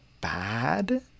bad